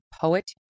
poet